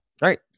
right